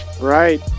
Right